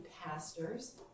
pastors